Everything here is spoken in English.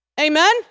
Amen